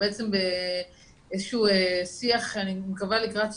באיזה שהוא שיח, אני מקווה לקראת סופו,